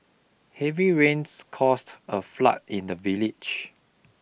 heavy rains caused a flood in the village